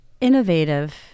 innovative